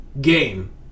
game